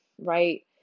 right